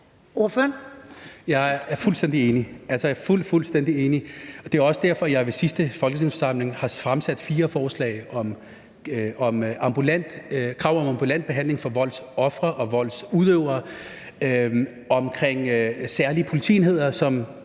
Jeg er fuldstændig enig, og det er også derfor, jeg i sidste folketingssamling fremsatte fire forslag – om krav om ambulant behandling for voldsofre og voldsudøvere, om særlige politienheder, som